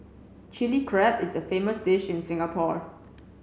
Chilli Crab is a famous dish in Singapore